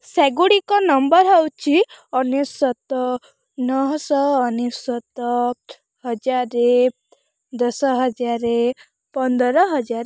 ସେଗୁଡ଼ିକ ନମ୍ବର ହେଉଛି ଅନେଶତ ନଅ ଶହ ଅନେଶତ ହଜାରେ ଦଶ ହଜାର ପନ୍ଦର ହଜାର